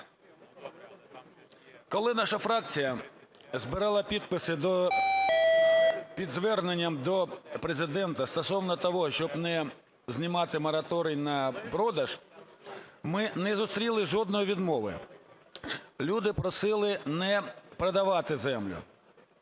Коли наша фракція збирала підписи під зверненням до Президента стосовно того, щоб не знімати мораторій на продаж, ми не зустріли жодної відмови. Люди просили не продавали землю.